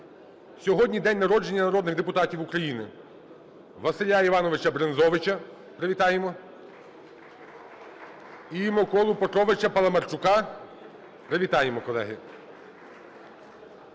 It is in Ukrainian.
Сьогодні день народження народних депутатів України: Василя Івановича Брензовича (привітаємо) і Миколу Петровича Паламарчука. Привітаємо, колеги.